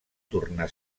tornar